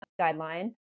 guideline